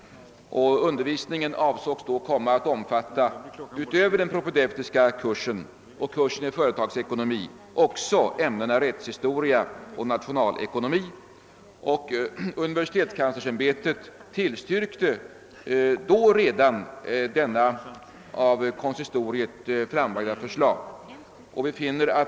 Undervisningen avsågs komma att omfatta utöver den propedeutiska kursen och kursen i företagsekonomi även ämnena rättshistoria och nationalekonomi. Universitetskanslersämbetet tillstyrkte denna framställning.